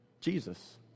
Jesus